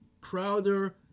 Crowder